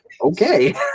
Okay